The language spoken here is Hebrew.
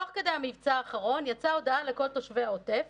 תוך כדי המבצע האחרון יצאה הודעה לכל תושבי העוטף